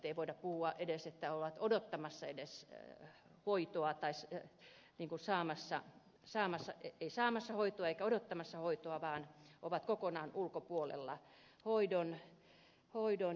ei voida puhua edes että ovat odottamassa hoitoa eivät ole saamassa hoitoa eivätkä odottamassa vaan ovat kokonaan ulkopuolella hoidon